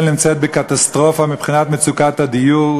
נמצאת בקטסטרופה מבחינת מצוקת הדיור,